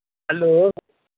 hello